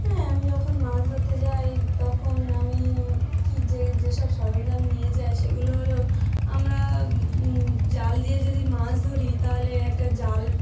হ্যাঁ আমি যখন মাছ ধরতে যাই তখন আমি কি যে যেসব সরঞ্জাম নিয়ে যাই সেগুলো হলো আমরা জাল দিয়ে যদি মাছ ধরি তাহলে একটা জাল